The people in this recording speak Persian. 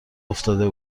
افتاده